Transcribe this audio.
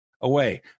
away